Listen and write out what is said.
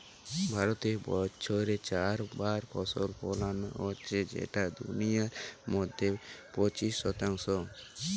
ভারতে বছরে চার বার ফসল ফোলানো হচ্ছে যেটা দুনিয়ার মধ্যে পঁচিশ শতাংশ